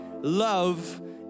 love